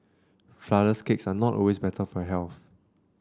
flourless cakes are not always better for health